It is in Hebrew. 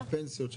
על הפנסיות.